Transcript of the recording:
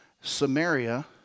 Samaria